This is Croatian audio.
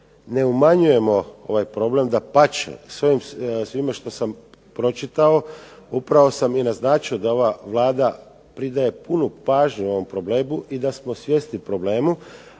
ne umanjujemo ovaj problem, dapače, svim što sam pročitao upravo sam naznačio da ova Vlada pridaje punu pažnju ovom problemu i da smo svjesni problema,